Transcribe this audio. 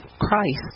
Christ